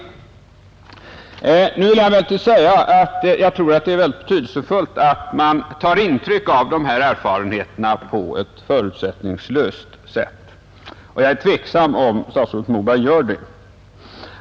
Jag vill emellertid säga att jag tror att det är betydelsefullt att man tar intryck av dessa erfarenheter på ett förutsättningslöst sätt, och det är det tveksamt om statsrådet Moberg gör.